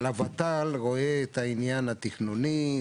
הוות"ל ראוה את העניין התכנוני,